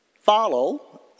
follow